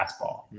fastball